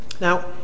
Now